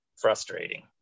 frustrating